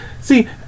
See